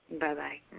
Bye-bye